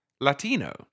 Latino